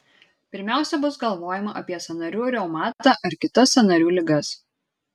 pirmiausia bus galvojama apie sąnarių reumatą ar kitas sąnarių ligas